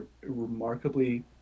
remarkably